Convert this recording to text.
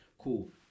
cool